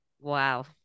Wow